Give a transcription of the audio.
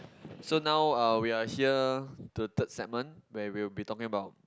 so now uh we are here to the third segment where we will be talking about